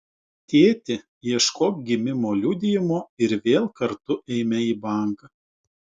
tėti ieškok gimimo liudijimo ir vėl kartu eime į banką